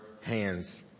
hands